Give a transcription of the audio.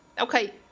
okay